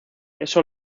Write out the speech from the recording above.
eso